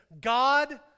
God